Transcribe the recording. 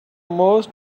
most